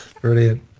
Brilliant